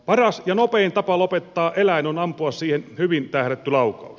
paras ja nopein tapa lopettaa eläin on ampua siihen hyvin tähdätty laukaus